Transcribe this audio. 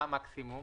מה המקסימום?